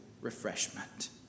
refreshment